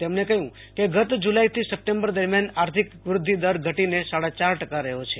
તેમણે કહ્યું કેગાય જુલાઇથી સપ્ટેમ્બર દરમિયાન આર્થિક વૃદ્ધિ દર ઘટીને સાડા ચાર ટકા રહ્યો છે